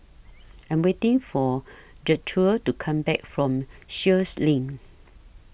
I Am waiting For Gertrude to Come Back from Sheares LINK